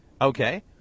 Okay